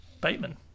Bateman